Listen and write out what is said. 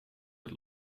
het